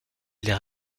les